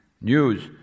news